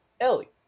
Ellie